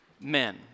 men